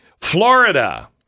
Florida